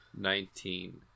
Nineteen